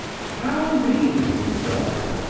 how mean you were!